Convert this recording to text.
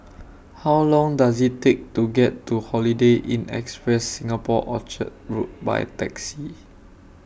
How Long Does IT Take to get to Holiday Inn Express Singapore Orchard Road By Taxi